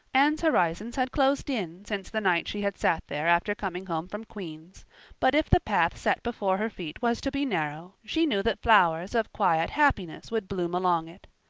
anne's horizons had closed in since the night she had sat there after coming home from queen's but if the path set before her feet was to be narrow she knew that flowers of quiet happiness would bloom along it.